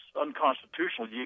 unconstitutional